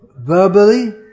verbally